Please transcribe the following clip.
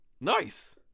Nice